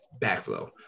backflow